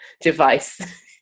device